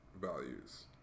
values